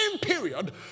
period